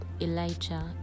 elijah